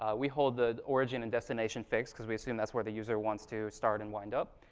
ah we hold the origin and destination fixed because we assume that's where the user wants to start and wind up,